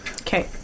Okay